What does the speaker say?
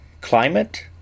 climate